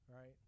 Right